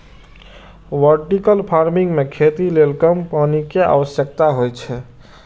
vertical farming मे खेती लेल कम पानि के आवश्यकता होइ छै